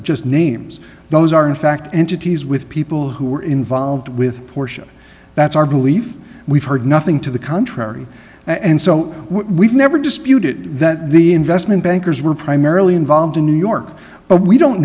just names those are in fact entities with people who are involved with porsha that's our belief we've heard nothing to the contrary and so we've never disputed that the investment bankers were primarily involved in new york but we don't